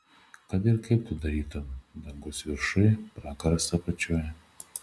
kad ir kaip tu darytum dangus viršuj pragaras apačioj